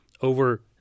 over